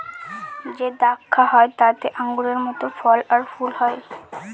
যে দ্রাক্ষা হয় তাতে আঙুরের মত ফল আর ফুল হয়